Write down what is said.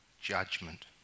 judgment